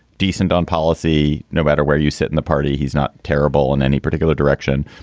decent on policy no matter where you sit in the party. he's not terrible in any particular direction.